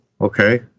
okay